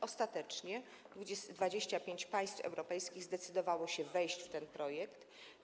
Ostatecznie 25 państw europejskich zdecydowało się wejść w ten projekt.